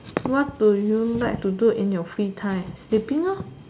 what do you like to do in your free time sleeping